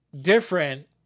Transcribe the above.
different